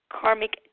karmic